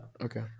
okay